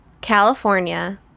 California